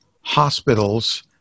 hospitals